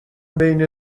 بین